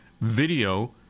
video